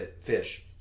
fish